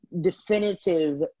definitive